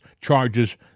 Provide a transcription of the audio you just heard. charges